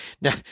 Now